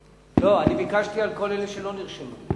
לא, אני ביקשתי על כל אלה שלא נרשמו.